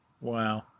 Wow